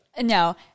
no